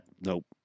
nope